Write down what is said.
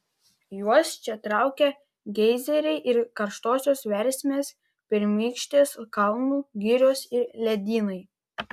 juos čia traukia geizeriai ir karštosios versmės pirmykštės kalnų girios ir ledynai